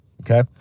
Okay